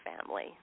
family